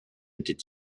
était